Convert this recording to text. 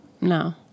No